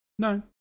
No